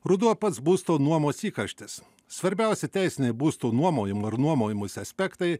ruduo pats būsto nuomos įkarštis svarbiausi teisiniai būsto nuomojimo ir nuomojimosi aspektai